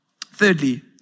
Thirdly